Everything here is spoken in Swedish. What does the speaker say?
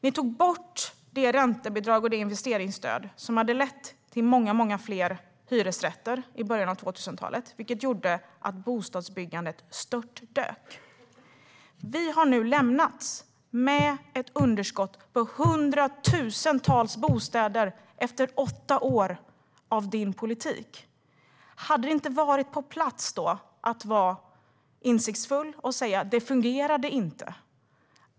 Ni tog bort det räntebidrag och det investeringsstöd som ledde till många fler hyresrätter i början av 2000-talet. Det gjorde att bostadsbyggandet störtdök. Efter åtta år av din politik, Mats Green, har vi ett underskott på hundratusentals bostäder. Då hade det varit på plats att vara insiktsfull och säga: Det fungerade inte.